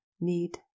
need